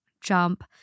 jump